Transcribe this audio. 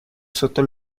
sotto